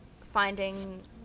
finding